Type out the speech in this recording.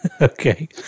Okay